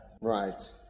right